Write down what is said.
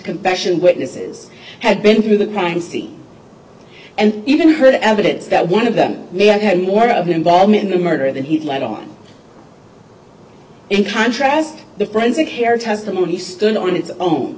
confession witnesses had been through the crime scene and even heard evidence that one of them may have had more of an involvement in the murder than he'd let on in contrast the forensic hair testimony stood on its own